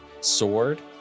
sword